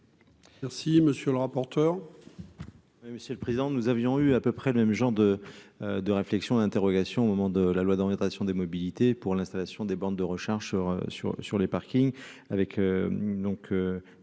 Merci, monsieur le rapporteur. Oui, monsieur le président, nous avions eu à peu près le même genre de de réflexion d'interrogations au moment de la loi d'orientation des mobilités pour l'installation des bornes de recharge sur sur sur les parkings avec donc